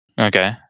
Okay